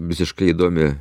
visiškai įdomi